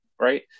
right